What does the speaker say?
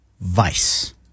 vice